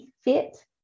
fit